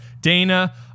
Dana